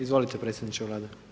Izvolite predsjedniče Vlade.